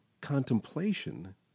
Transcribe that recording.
contemplation